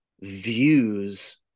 views